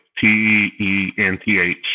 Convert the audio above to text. t-e-n-t-h